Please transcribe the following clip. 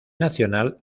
nacional